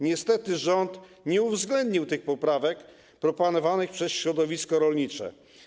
Niestety rząd nie uwzględnił tych poprawek proponowanych przez środowisko rolnicze.